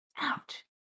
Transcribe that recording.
Ouch